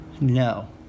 No